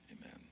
amen